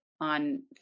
on